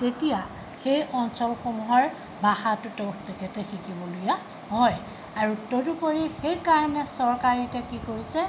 তেতিয়া সেই অঞ্চলসমূহৰ ভাষাটো তেওঁ তেখেতে শিকিবলগীয়া হয় আৰু তদুপৰি সেইকাৰণে চৰকাৰে এতিয়া কি কৰিছে